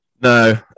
no